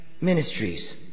ministries